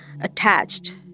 attached